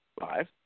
Five